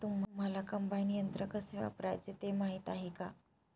तुम्हांला कम्बाइन यंत्र कसे वापरायचे ते माहीती आहे का?